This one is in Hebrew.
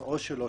עו"ש שלו,